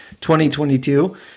2022